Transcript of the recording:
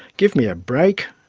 give me a break.